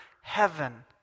heaven